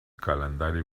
calendari